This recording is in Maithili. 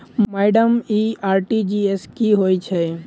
माइडम इ आर.टी.जी.एस की होइ छैय?